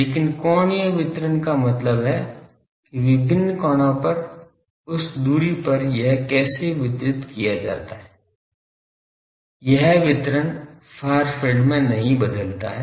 लेकिन कोणीय वितरण का मतलब है कि विभिन्न कोणों पर उस दूरी पर यह कैसे वितरित किया जाता है यह वितरण फार फील्ड में नहीं बदलता है